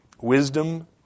Wisdom